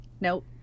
Nope